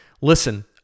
listen